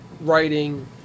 writing